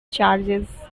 charges